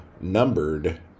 numbered